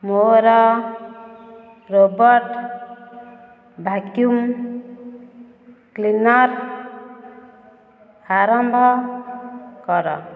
ମୋର robot vacuum cleaner ଆରମ୍ଭ କର